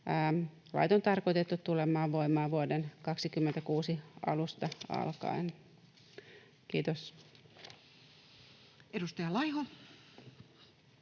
Lait on tarkoitettu tulemaan voimaan vuoden 2026 alusta alkaen. — Kiitos. [Speech